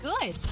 good